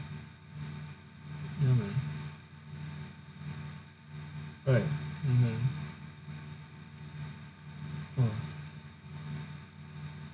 definitely so so like this I mean man can dream these are things that makes the stuff interesting imagine they make a movie on that !wah!